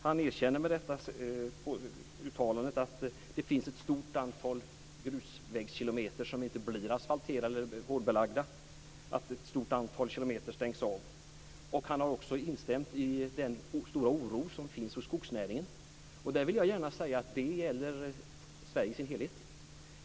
Med detta uttalande erkänner han att det finns ett stort antal grusvägskilometer som inte blir asfalterade eller hårdbelagda. Ett stort antal kilometer stängs av. Han har också instämt i den stora oro som finns hos skogsnäringen. Där vill jag gärna säga att detta gäller Sverige i dess helhet.